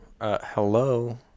Hello